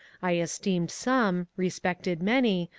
i es teemed some, respected many,